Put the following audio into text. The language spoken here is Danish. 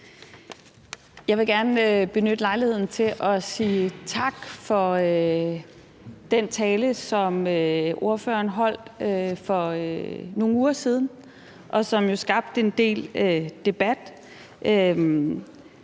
Jeg vil gerne benytte lejligheden til at sige tak for den tale, som ordføreren holdt for nogle uger siden, og som jo skabte en del debat.